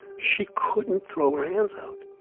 she couldn't throw her hands out.